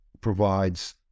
provides